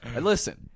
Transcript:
Listen